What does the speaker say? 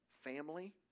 family